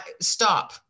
stop